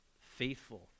faithful